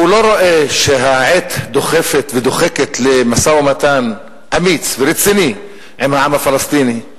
הוא לא רואה שהעת דוחפת ודוחקת למשא-ומתן אמיץ ורציני עם העם הפלסטיני,